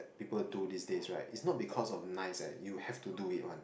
people do these days right is not because of nice eh you have to do it one